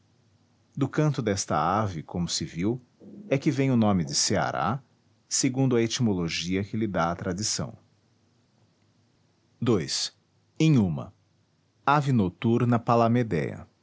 do canto desta ave como se viu é que vem o nome de ceará segundo a etimologia que lhe dá a tradição ii inhuma ave noturna palamedea